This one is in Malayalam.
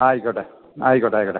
ആയിക്കോട്ടെ ആയിക്കോട്ടെ ആയിക്കോട്ടെ